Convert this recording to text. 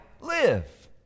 live